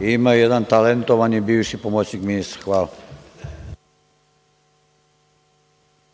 ima jedan talentovani bivši pomoćnik ministra. Hvala.